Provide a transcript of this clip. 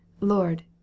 Lord